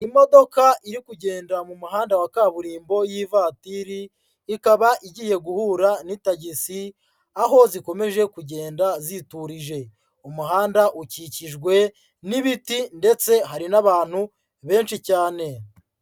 Imodoka iri kugendara mu muhanda wa kaburimbo y'ivatiri, ikaba igiye guhura n'itagisi, aho zikomeje kugenda ziturije. Umuhanda ukikijwe n'ibiti ndetse hari n'abantu benshi cyane.